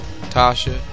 Tasha